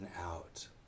out